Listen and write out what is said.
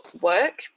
work